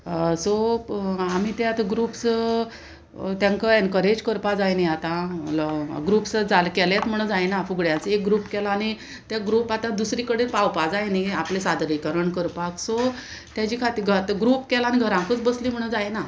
so आमी ते आतां ग्रुप्स तेंकां एनकरेज करपा जाय न्ही आतां ग्रुप्स जाल केलेंत म्हूण जायना फुगड्याचो एक ग्रूप केला आनी ते ग्रूप आतां दुसरी कडेन पावपा जाय न्ही आपलें सादरीकरण करपाक सो तेजे खातीर ग्रूप केला आनी घराकूच बसली म्हण जायना